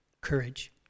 courage